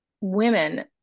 women